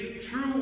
true